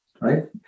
right